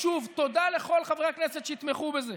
אז שוב, תודה לכל חברי הכנסת שיתמכו בזה.